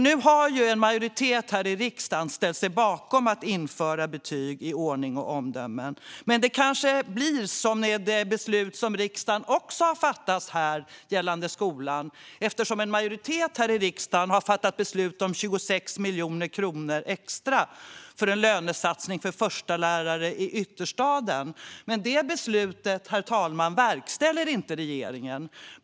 Nu har en majoritet i riksdagen ställt sig bakom att införa omdömen i ordning och uppförande, men det kanske blir med det som med ett annat beslut som riksdagen har fattat gällande skolan: En majoritet i riksdagen har fattat beslut om 26 miljoner kronor extra för en lönesatsning på förstelärare i ytterstaden, men det beslutet, herr talman, verkställer inte regeringen.